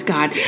God